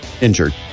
injured